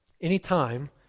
Anytime